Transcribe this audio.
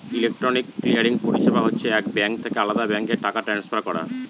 electronic clearing পরিষেবা হচ্ছে এক ব্যাঙ্ক থেকে আলদা ব্যাঙ্কে টাকা ট্রান্সফার করা